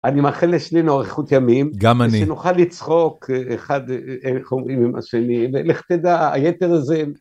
אני מאחל לשנינו אריכות ימים. גם אני. ושנוכל לצחוק אחד (איך אומרים) עם השני, ולך תדע, היתר זה...